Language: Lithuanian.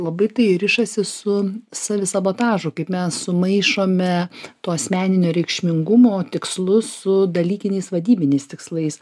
labai tai rišasi su savisabotažu kaip mes sumaišome to asmeninio reikšmingumo tikslus su dalykiniais vadybiniais tikslais